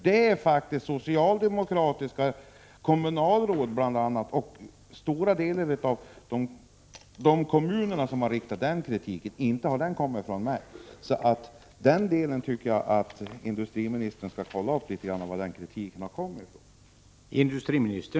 Det är bl.a. socialdemokratiska kommunalråd i dessa kommuner som har riktat den kritiken, inte jag. Industriministern bör kontrollera varifrån denna kritik kommer.